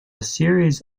series